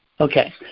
Okay